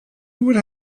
would